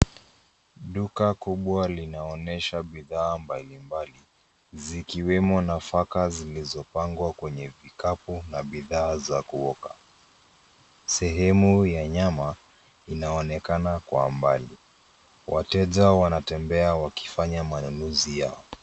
Duka kubwa linaonesha bidhaa mbali mbali, zikiwemo nafaka zilizopangwa kwenye vikapu na bidhaa za kuoka. Sehemu ya nyama, inaonekana kwa mbali. Wateja wanatembea wakifanya manunuzi yao.